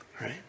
Right